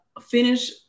Finish